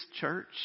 church